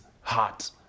heart